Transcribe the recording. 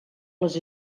les